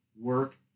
work